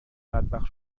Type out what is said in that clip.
بدبخت